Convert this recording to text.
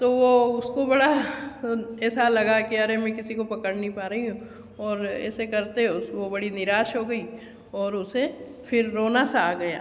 तो उसको बड़ा ऐसा लगा की मैं किसी को पकड़ नहीं पा रही हूँ और ऐसे करते उसको बड़ी निराश हो गई और उसे फिर रोना सा आ गया